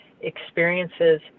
experiences